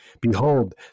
Behold